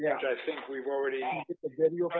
yeah i think we've already got your